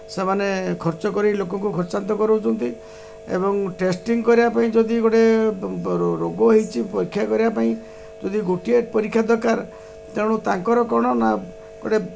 ସେମାନେ ଖର୍ଚ୍ଚ କରି ଲୋକଙ୍କୁ ଖର୍ଚ୍ଚାନ୍ତ କରାଉଛନ୍ତି ଏବଂ ଟେଷ୍ଟିଂ କରିବା ପାଇଁ ଯଦି ଗୋଟେ ରୋଗ ହୋଇଛି ପରୀକ୍ଷା କରିବା ପାଇଁ ଯଦି ଗୋଟିଏ ପରୀକ୍ଷା ଦରକାର ତେଣୁ ତାଙ୍କର କ'ଣ ନା ଗୋଟେ